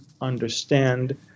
understand